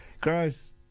Gross